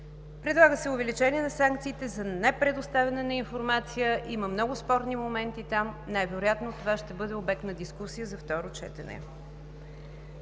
Предлага се увеличение на санкциите за непредоставяне на информация. Има много спорни моменти там. Най-вероятно това ще е обект на дискусия за второ четене.